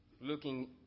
Looking